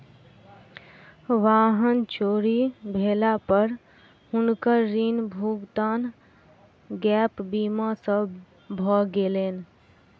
वाहन चोरी भेला पर हुनकर ऋण भुगतान गैप बीमा सॅ भ गेलैन